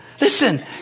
listen